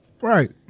Right